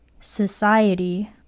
Society